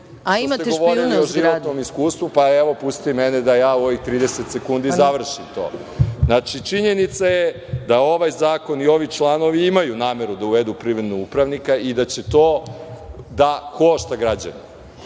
A imate špijuna u zgradi?